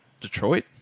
Detroit